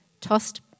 tossed